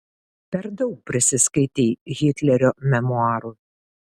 per daug prisiskaitei hitlerio memuarų